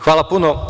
Hvala puno.